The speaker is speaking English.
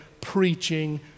preaching